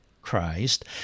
Christ